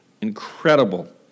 incredible